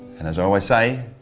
and as i always say,